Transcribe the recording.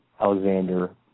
Alexander